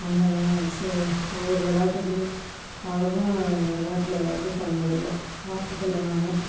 ஒவ்வொரு விளாட்டுங்களும் அவ்வளோவா விளாட்டுல இது பண்ணதில்லை பார்த்ததில்ல நான்